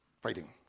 Fighting